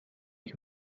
ich